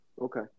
Okay